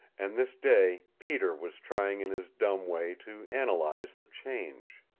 and this day peter was trying in his dumb way to analyze the change.